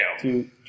Two